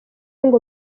ngo